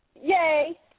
Yay